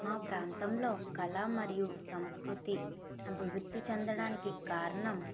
నా ప్రాంతంలో కళ మరియు సంస్కృతి అభివృద్ధి చెందడానికి కారణం